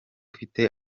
ufite